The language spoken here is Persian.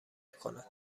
کند